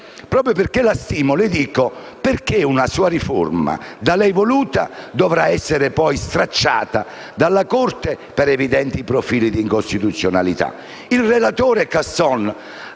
Il relatore Casson